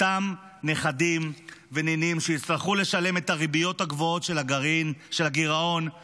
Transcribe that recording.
אותם נכדים ונינים שיצטרכו לשלם את הריביות הגבוהות של הגירעון החסר.